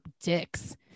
dicks